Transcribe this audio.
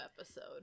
episode